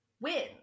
win